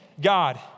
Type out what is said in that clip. God